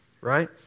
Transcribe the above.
Right